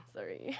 Sorry